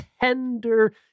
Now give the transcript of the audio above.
tender